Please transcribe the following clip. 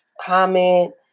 comment